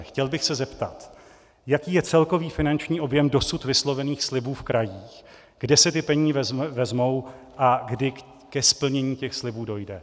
Chtěl bych se zeptat, jaký je celkový finanční objem dosud vyslovených slibů v krajích, kde se ty peníze vezmou a kdy ke splnění těch slibů dojde.